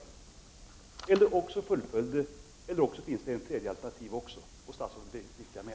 Det finns också ett tredje alternativ, och statsrådet vet vilket jag menar.